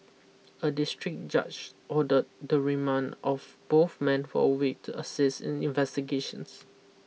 a district judge ordered the remand of both men for a week to assist in investigations